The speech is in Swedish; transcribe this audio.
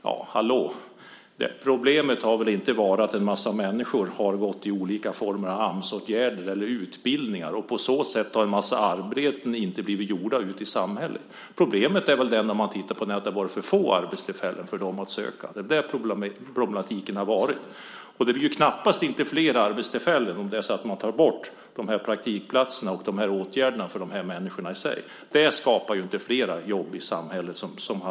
Men hallå: Problemet har väl inte varit att en massa människor har gått i olika former av Amsåtgärder eller utbildningar och att en massa arbeten på så sätt inte har blivit gjorda ute i samhället. Problemet är väl det, när man tittar på det, att det har funnits för få arbeten för dem att söka. Det är där problematiken har funnits. Det blir ju knappast flera arbetstillfällen om man tar bort praktikplatserna och åtgärderna för de här människorna. Det skapar ju inte flera jobb i samhället.